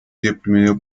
deprimido